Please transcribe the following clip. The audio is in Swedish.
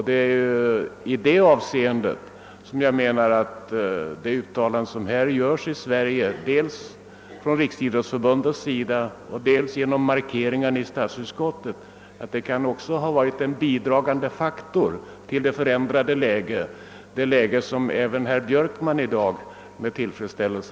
Det är i det avseendet som jag menar att de uttalanden som gjorts i Sverige dels från Riksidrottsförbundet, dels genom markeringarna i statsutskottets utlåtande kan ha varit en bidragande faktor till det ändrade läge, som även herr Björkman hälsar med tillfredsställelse.